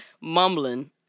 mumbling